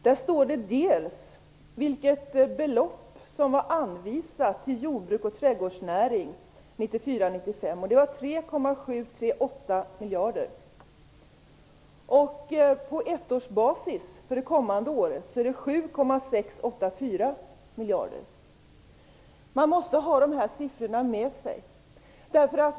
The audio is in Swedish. Där står det vilket belopp som var anvisat till jordbruk och trädgårdsnäring 1994/95. Det var Man måste ha dessa siffror med sig.